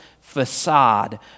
facade